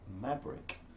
Maverick